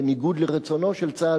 בניגוד לרצונו של צה"ל,